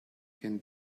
can